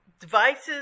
Devices